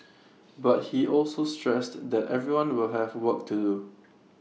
but he also stressed that everyone will have work to do